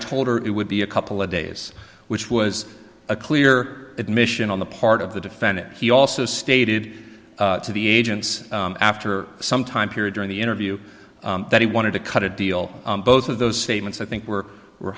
told her it would be a couple of days which was a clear admission on the part of the defendant he also stated to the agents after some time period during the interview that he wanted to cut a deal both of those statements i think were were